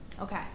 Okay